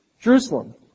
Jerusalem